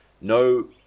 No